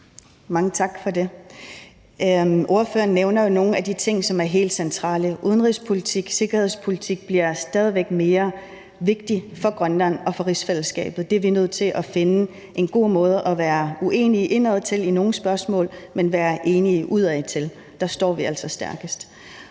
Mange tak for det. Ordføreren nævner nogle af de ting, som er helt centrale: Udenrigspolitik og sikkerhedspolitik bliver stadig mere vigtigt for Grønland og rigsfællesskabet, og vi er nødt til at finde en god måde at være uenige om nogle spørgsmål indadtil, men være enige udadtil, for så står vi altså stærkest.